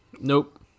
Nope